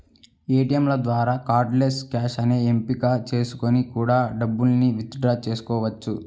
ఏటియంల ద్వారా cardless cash అనే ఎంపిక చేసుకొని కూడా డబ్బుల్ని విత్ డ్రా చెయ్యొచ్చు